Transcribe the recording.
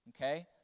okay